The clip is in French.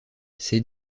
c’est